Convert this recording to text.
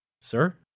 Sir